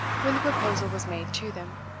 when the proposal was made to them.